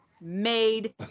made